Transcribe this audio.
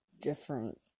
different